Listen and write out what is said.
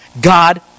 God